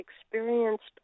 experienced